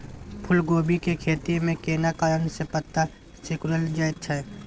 फूलकोबी के खेती में केना कारण से पत्ता सिकुरल जाईत छै?